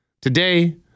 Today